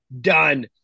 done